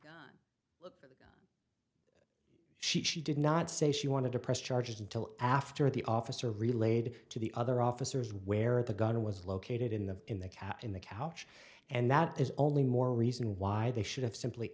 and for them to push she she did not say she wanted to press charges until after the officer relayed to the other officers where the gun was located in the in the cat in the couch and that is only more reason why they should have simply